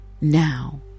now